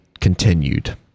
continued